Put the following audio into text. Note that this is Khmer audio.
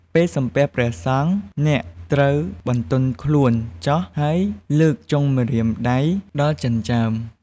ពេលសំពះព្រះសង្ឃ អ្នកត្រូវបន្ទន់ខ្លួនចុះ ហើយលើកចុងម្រាមដៃដល់ចិញ្ចើម។